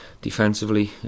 defensively